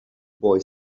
boy